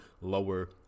lower